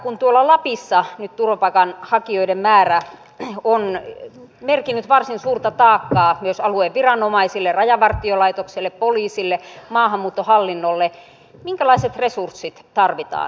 kun lapissa nyt turvapaikanhakijoiden määrä on merkinnyt varsin suurta taakkaa myös alueen viranomaisille rajavartiolaitokselle poliisille maahanmuuttohallinnolle minkälaiset resurssit tarvitaan